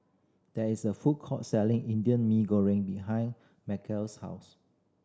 there is a food court selling Indian Mee Goreng behind Markel's house